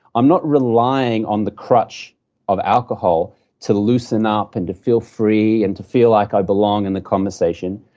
i'm not relying on the crutch of alcohol to loosen up and to feel free, and to feel like i belong in the conversation.